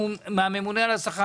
מהממונה על השכר.